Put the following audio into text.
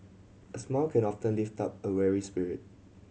a smile can often lift up a weary spirit